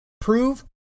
prove